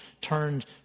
turned